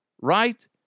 right